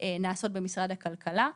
נעשות במשרד הכלכלה,